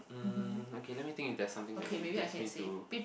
um okay let me think if there's something that irritates me to